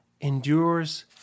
endures